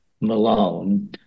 Malone